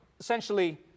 essentially